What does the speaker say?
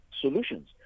solutions